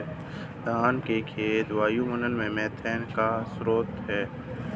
धान के खेत वायुमंडलीय मीथेन का स्रोत हैं